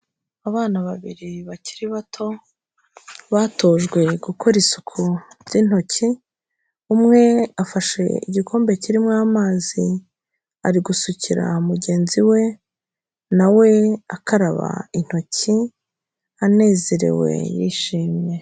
Abana babiri bakiri bato, batojwe gukora isuku by'intoki, umwe afashe igikombe kirimo amazi, ari gusukira mugenzi we, na we akaraba intoki, anezerewe yishimye.